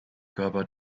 körper